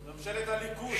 ממשלת הליכוד.